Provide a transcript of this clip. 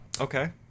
Okay